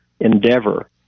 endeavor